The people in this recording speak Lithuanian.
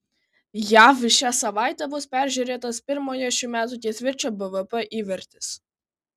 jav šią savaitę bus peržiūrėtas pirmojo šių metų ketvirčio bvp įvertis